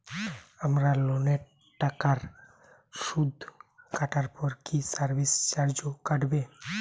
আমার লোনের টাকার সুদ কাটারপর কি সার্ভিস চার্জও কাটবে?